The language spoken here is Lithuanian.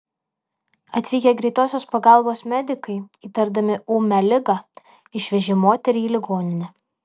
atvykę greitosios pagalbos medikai įtardami ūmią ligą išvežė moterį į ligoninę